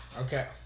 Okay